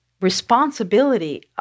responsibility